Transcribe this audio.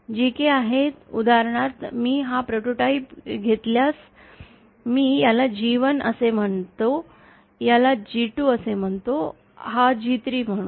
GK आहेत उदाहरणार्थ मी हा प्रोटोटाइप घेतल्यास मी याला G1 असे म्हणतो याला G2 असे हा G3 म्हणून